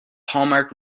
hallmark